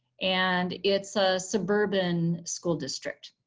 and it's a suburban school district.